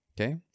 okay